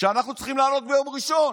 כשאנחנו צריכים לענות ביום ראשון,